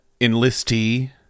enlistee